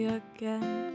again